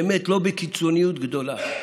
באמת לא בקיצוניות גדולה,